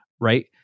right